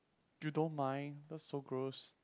you don't mind that's so gross